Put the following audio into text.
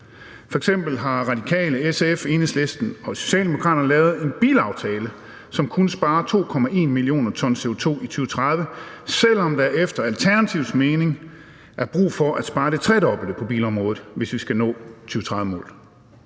F.eks. har Radikale, SF, Enhedslisten og Socialdemokraterne lavet en bilaftale, som kun sparer 2,1 mio. t CO2 i 2030, selv om der efter Alternativets mening er brug for at spare det tredobbelte på bilområdet, hvis vi skal nå 2030-målet.